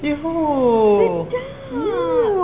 !eww!